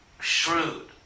shrewd